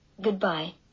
Goodbye